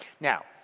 now